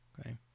Okay